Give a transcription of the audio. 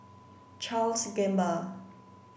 Charles Gamba